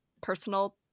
personal